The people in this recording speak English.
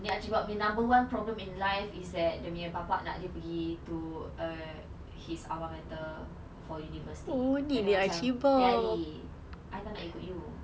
archie bald punya number one problem in life is that dia punya bapa nak dia be to a his other matter for university and then dia macam tak jadi I tak nak ikut you